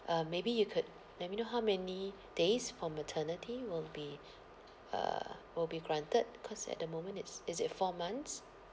um maybe you could let me know how many days for maternity will be err will be granted cause at the moment it's is it four months